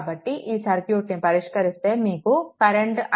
కాబట్టి ఈ సర్క్యూట్ని పరిష్కరిస్తే మీకు కరెంట్ i విలువ 0